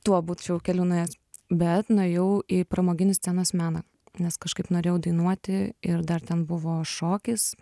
tuo būčiau keliu nuėjus bet nuėjau į pramoginį scenos meną nes kažkaip norėjau dainuoti ir dar ten buvo šokis